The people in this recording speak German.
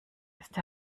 ist